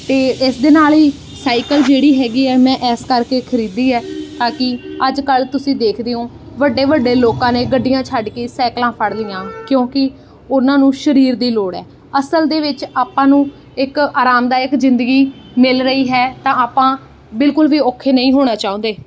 ਅਤੇ ਇਸ ਦੇ ਨਾਲ ਹੀ ਸਾਈਕਲ ਜਿਹੜੀ ਹੈਗੀ ਆ ਮੈਂ ਇਸ ਕਰਕੇ ਖਰੀਦੀ ਹੈ ਤਾਂ ਕਿ ਅੱਜ ਕੱਲ੍ਹ ਤੁਸੀਂ ਦੇਖਦੇ ਹੋ ਵੱਡੇ ਵੱਡੇ ਲੋਕਾਂ ਨੇ ਗੱਡੀਆਂ ਛੱਡ ਕੇ ਸਾਈਕਲਾਂ ਫੜ ਲਈਆਂ ਕਿਉਂਕਿ ਉਹਨਾਂ ਨੂੰ ਸਰੀਰ ਦੀ ਲੋੜ ਹੈ ਅਸਲ ਦੇ ਵਿੱਚ ਆਪਾਂ ਨੂੰ ਇੱਕ ਆਰਾਮਦਾਇਕ ਜ਼ਿੰਦਗੀ ਮਿਲ ਰਹੀ ਹੈ ਤਾਂ ਆਪਾਂ ਬਿਲਕੁਲ ਵੀ ਔਖੇ ਨਹੀਂ ਹੋਣਾ ਚਾਹੁੰਦੇ